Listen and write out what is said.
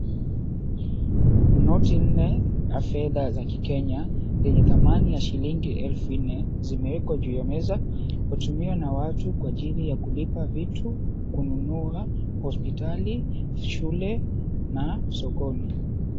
Noti nne ya fedha za kikenya zenye thamani ya shilingi elfu nne zimewekwa juu ya meza. Hutumiwa na watu kwa ajili ya kulipa vitu, kununua, hospitali, shule na sokoni.